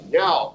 now